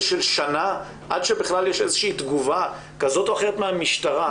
של שנה של תגובה כזאת או אחרת מהמשטרה,